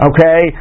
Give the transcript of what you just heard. Okay